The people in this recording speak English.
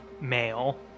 male